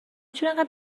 چرا